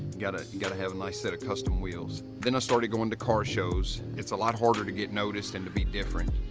ah got to have a nice set of custom wheels. then i started going to car shows, it's a lot harder to get noticed and to be different.